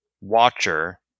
Watcher